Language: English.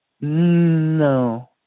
No